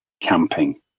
Camping